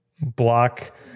block